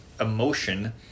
emotion